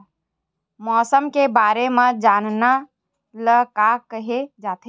मौसम के बारे म जानना ल का कहे जाथे?